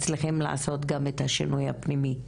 מצליחים לעשות גם את השינוי הפנימי.